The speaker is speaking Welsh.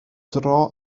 dro